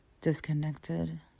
disconnected